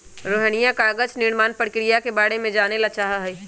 रोहिणीया कागज निर्माण प्रक्रिया के बारे में जाने ला चाहा हई